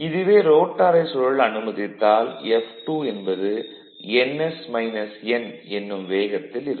இதுவே ரோட்டாரை சுழல அனுமதித்தால் F2 என்பது ns - n என்னும் வேகத்தில் இருக்கும்